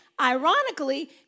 ironically